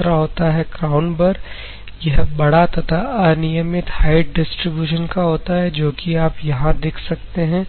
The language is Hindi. दूसरा होता है क्राउन बर यह बड़ा तथा अनियमित हाइट डिस्ट्रीब्यूशन का होता है जो कि आप यहां देख सकते हैं